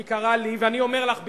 היא קראה לי, ואני אומר לך ברצינות: